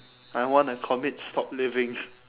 I wanna commit stop living